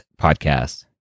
Podcast